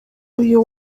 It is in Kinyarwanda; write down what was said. uyu